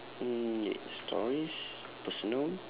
mm next stories personal